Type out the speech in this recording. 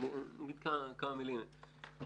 מכיר את האנשים